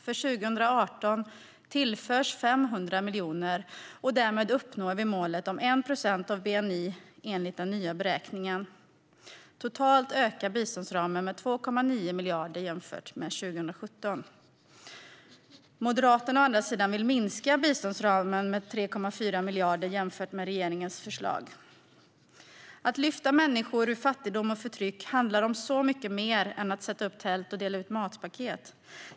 För 2018 tillförs 500 miljoner, och därmed uppnår vi målet om 1 procent av bni enligt den nya beräkningen. Totalt ökar biståndsramen med 2,9 miljarder jämfört med 2017. Moderaterna å sin sida vill minska biståndet med 3,4 miljarder jämfört med regeringens förslag. Att lyfta människor ur fattigdom och förtryck handlar om så mycket mer än att sätta upp tält och dela ut matpaket.